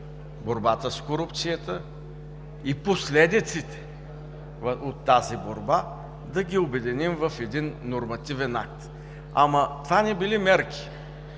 борбата с корупцията и последиците от тази борба в един нормативен акт. Ама това не били мерки!